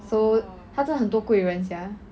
so 她真的很多贵人 sia